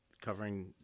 covering